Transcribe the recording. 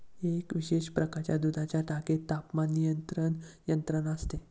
एका विशिष्ट प्रकारच्या दुधाच्या टाकीत तापमान नियंत्रण यंत्रणा असते